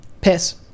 Piss